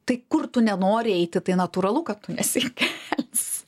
tai kur tu nenori eiti tai natūralu kad tu nesikelsi